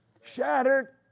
Shattered